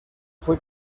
fue